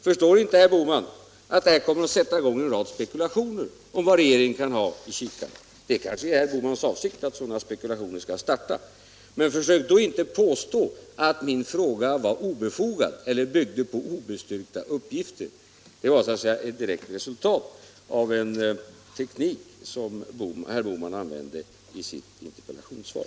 Förstår inte herr Bohman att det här kommer att sätta i gång en rad spekulationer om vad regeringen kan ha i kikaren? Det är kanske herr Bohmans avsikt att sådana spekulationer skall komma i gång. Men försök då inte påstå att min fråga var obefogad eller byggde på obestyrkta uppgifter. Frågan var ett direkt resultat av den teknik som herr Bohman använder i sitt interpellationssvar.